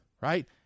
right